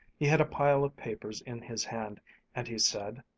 he had a pile of papers in his hand and he said,